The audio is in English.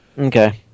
okay